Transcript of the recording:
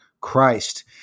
Christ